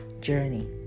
journey